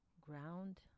ground